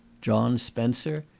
john spencer,